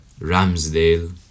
ramsdale